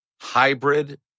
hybrid